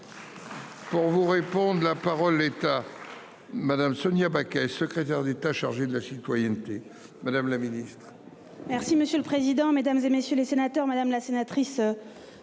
Pour vous répondre. La parole est à madame Sonia Backès secrétaire d'État chargée de la citoyenneté,